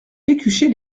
pécuchet